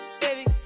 Baby